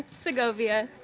sigovia.